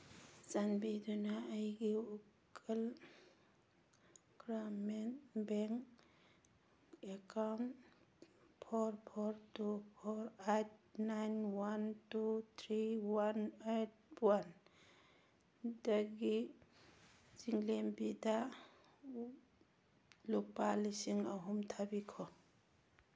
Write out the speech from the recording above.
ꯆꯥꯟꯕꯤꯗꯨꯅ ꯑꯩꯒꯤ ꯎꯀꯜ Gramin bank account four four two four eight nine one two three one eight ꯋꯥꯟꯗꯒꯤ ꯆꯤꯡꯂꯦꯝꯕꯤꯗ ꯂꯨꯄꯥ ꯂꯤꯁꯤꯡ ꯑꯍꯨꯝ ꯊꯥꯕꯤꯈꯣ